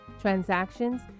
transactions